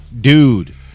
dude